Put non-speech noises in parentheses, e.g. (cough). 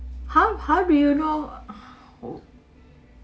how how do you know (noise)